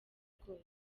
bwose